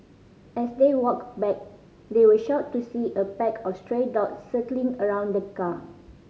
as they walked back they were shocked to see a pack of stray dogs circling around the car